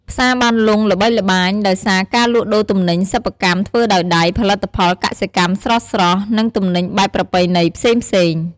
ផ្សារបានលុងល្បីល្បាញដោយសារការលក់ដូរទំនិញសិប្បកម្មធ្វើដោយដៃ ផលិតផលកសិកម្មស្រស់ៗ និងទំនិញបែបប្រពៃណីផ្សេងៗ។